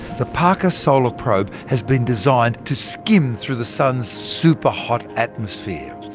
the parker solar probe has been designed to skim through the sun's superhot atmosphere.